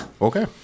Okay